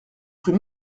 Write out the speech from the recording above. rue